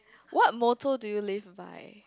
what motto do you live by